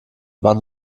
wann